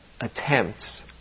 attempts